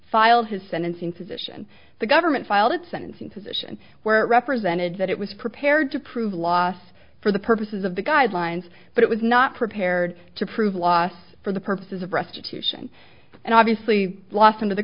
filed his sentencing position the government filed its sentencing position where it represented that it was prepared to prove loss for the purposes of the guidelines but it was not prepared to prove loss for the purposes of restitution and obviously lost